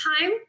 time